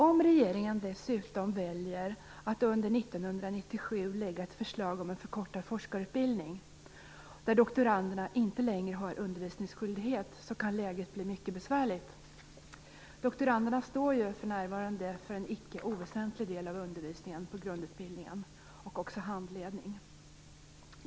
Om regeringen dessutom väljer att under 1997 lägga fram ett förslag om en förkortad forskarutbildning, där doktoranderna inte längre har undervisningsskyldighet, kan läget bli mycket besvärligt. Doktoranderna står ju för närvarande för en icke oväsentlig del av undervisningen på grundutbildningen och även för handledning.